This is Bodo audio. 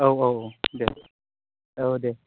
औ औ औ दे औ दे